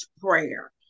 prayer